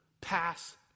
Pass